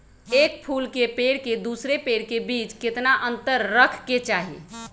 एक फुल के पेड़ के दूसरे पेड़ के बीज केतना अंतर रखके चाहि?